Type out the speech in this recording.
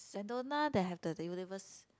Sentona they have the the Universe